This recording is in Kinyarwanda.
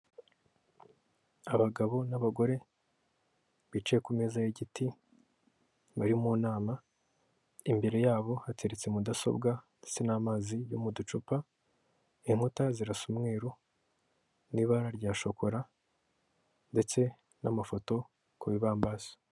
Abagabo n'abagore bicaye ku meza y'igiti bari mu nama, imbere yabo hateretse mudasobwa ndetse n'amazi yo mu ducupa, inkuta zirasa umweru n'ibara rya shokora ndetse n'amafoto ku bibambasi.